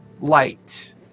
light